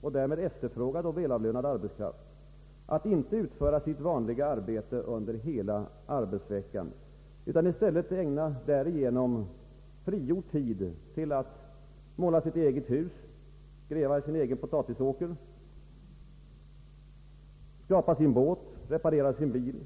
och därmed efterfrågad och välavlönad arbetskraft att inte utföra sitt vanliga arbete under hela arbetsveckan utan i stället ägna därigenom frigjord tid till att måla sitt eget hus, gräva i sin egen potatisåker, skrapa sin båt och reparera sin bil.